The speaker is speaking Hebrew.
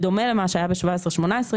בדומה למה שהיה ב-2017 ו-2018,